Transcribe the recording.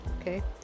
okay